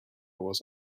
was